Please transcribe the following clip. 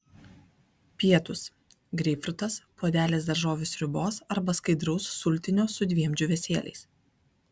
pietūs greipfrutas puodelis daržovių sriubos arba skaidraus sultinio su dviem džiūvėsėliais